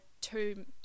two